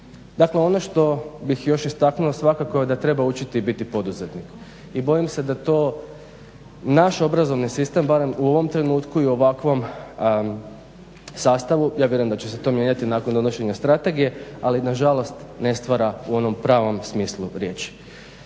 Dakle, ono što bih još istaknuo svakako je da treba učiti biti poduzetnik. I bojim se da to naš obrazovni sistem barem u ovom trenutku i u ovakvom sastavu ja vjerujem da će se to mijenjati nakon donošenja strategije, ali nažalost ne stvara u onom pravom smislu riječi.